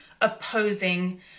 opposing